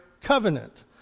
covenant